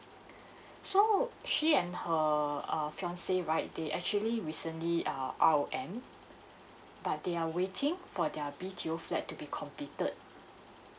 so she and her uh fiance right they actually recently uh R_O_M but they are waiting for their B_T_O flat to be completed